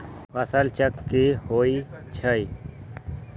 फसल चक्र की होइ छई?